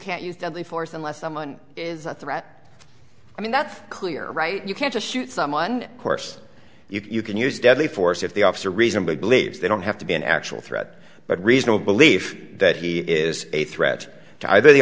can't use deadly force unless someone is a threat i mean that's clear right you can't just shoot someone course you can use deadly force if the officer reasonably believes they don't have to be an actual threat but reasonable belief that he is a threat to either the